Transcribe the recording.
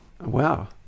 Wow